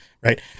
right